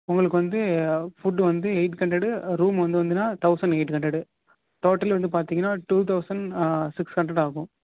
உங்களுக்கு வந்து ஃபுட்டு வந்து எயிட் ஹண்ட்ரடு ரூமு வந்து வந்தீங்கனால் தௌசண்ட் எயிட் ஹண்ட்ரடு டோட்டலி வந்து பார்த்தீங்கன்னா டூ தௌசண்ட் சிக்ஸ் ஹண்ட்ரடு ஆகும்